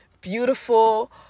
beautiful